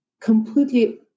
completely